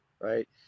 right